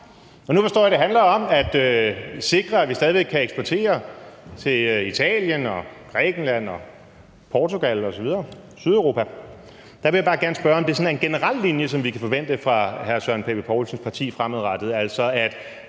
nu forstår jeg, at det handler om at sikre, at vi stadig væk kan eksportere til Italien, Grækenland, Portugal, Sydeuropa, osv. Der vil jeg bare gerne spørge, om det er sådan en generel linje, som vi kan forvente fra hr. Søren Poulsens partis side fremadrettet,